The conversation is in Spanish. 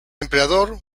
emperador